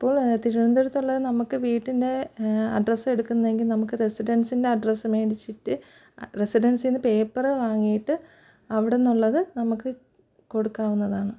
അപ്പോൾ തിരുവനന്തപുരത്തുള്ള നമുക്ക് വീട്ടിൻ്റെ അഡ്രസ്സ് എടുക്കുന്നെങ്കിൽ നമുക്ക് റെസിഡെൻസിൻ്റെ അഡ്രസ്സു മേടിച്ചിട്ട് റെസിഡെൻസിൽ നിന്ന് പേപ്പർ വാങ്ങിയിട്ട് അവിടെ നിന്നുള്ളത് നമുക്ക് കൊടുക്കാവുന്നതാണ്